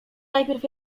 najpierw